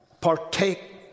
Partake